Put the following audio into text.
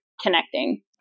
connecting